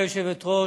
גברתי היושבת-ראש,